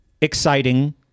exciting